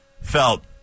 felt